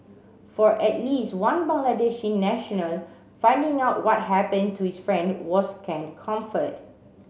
for at least one Bangladeshi national finding out what happened to his friend was scant comfort